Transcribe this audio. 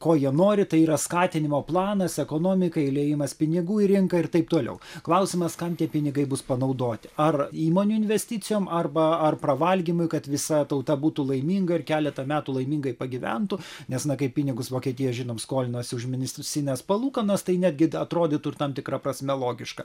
ko jie nori tai yra skatinimo planas ekonomika įliejimas pinigų į rinką ir taip toliau klausimas kam tie pinigai bus panaudoti ar įmonių investicijoms arba ar pravalgymui kad visa tauta būtų laiminga ir keletą metų laimingai pagyventų nes na kaip pinigus vokietija žinom skolinosi už minusines palūkanas tai netgi atrodytų ir tam tikra prasme logiška